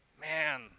Man